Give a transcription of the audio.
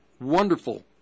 wonderful